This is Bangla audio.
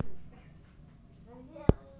ফুল চাষ সাফল্য অর্জন?